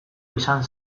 izan